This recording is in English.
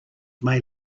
may